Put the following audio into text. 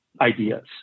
ideas